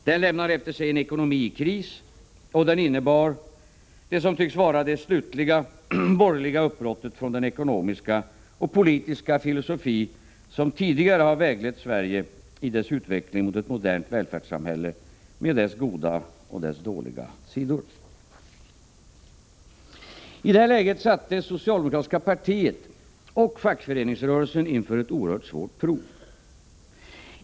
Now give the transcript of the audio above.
Den lämnade efter sig en ekonomi i kris, och den innebar det som tycks vara det slutliga borgerliga uppbrottet från den ekonomiska och politiska filosofi som tidigare har väglett Sverige i dess utveckling mot ett modernt välfärdssamhälle med dess goda och dess dåliga sidor. I det här läget ställdes socialdemokratiska partiet och fackföreningsrörelsen inför ett oerhört prov.